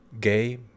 gay